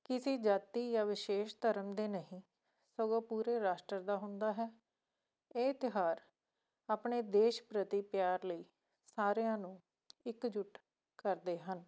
ਕਿਸੀ ਜਾਤੀ ਜਾਂ ਵਿਸ਼ੇਸ਼ ਧਰਮ ਦੇ ਨਹੀਂ ਸਗੋਂ ਪੂਰੇ ਰਾਸ਼ਟਰ ਦਾ ਹੁੰਦਾ ਹੈ ਇਹ ਤਿਉਹਾਰ ਆਪਣੇ ਦੇਸ਼ ਪ੍ਰਤੀ ਪਿਆਰ ਲਈ ਸਾਰਿਆਂ ਨੂੰ ਇੱਕ ਜੁੱਟ ਕਰਦੇ ਹਨ